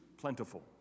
plentiful